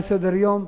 שהיא הצעה לסדר-היום,